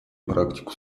практику